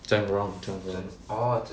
整容